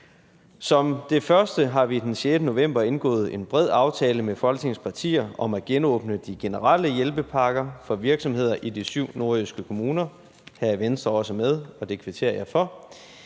Som det første har vi den 6. november indgået en bred aftale med Folketingets partier om at genåbne de generelle hjælpepakker for virksomheder i de syv nordjyske kommuner. Her er Venstre også med, og det kvitterer jeg for.